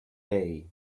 day